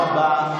תודה רבה.